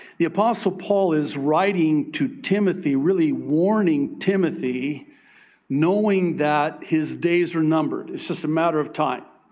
the apostle paul is writing to timothy, really warning timothy knowing that his days were numbered. it's just a matter of time.